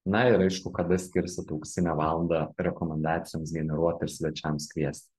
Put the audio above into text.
na ir aišku kada skirsit auksinę valandą rekomendacijoms generuot ir svečiams kviesti